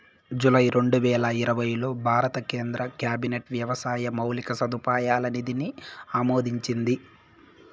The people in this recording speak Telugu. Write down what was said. జూలై రెండువేల ఇరవైలో భారత కేంద్ర క్యాబినెట్ వ్యవసాయ మౌలిక సదుపాయాల నిధిని ఆమోదించింది